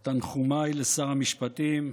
את תנחומיי לשר המשפטים,